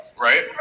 right